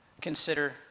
Consider